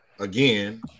Again